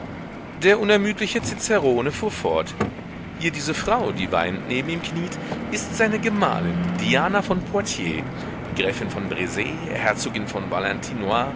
der unermüdliche cicerone fuhr fort hier diese frau die weinend neben ihm kniet ist seine gemahlin diana von poitiers gräfin von brz herzogin von valentinois